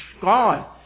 gone